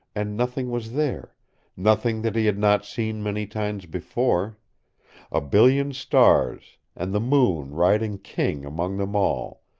and nothing was there nothing that he had not seen many times before a billion stars, and the moon riding king among them all,